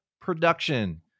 production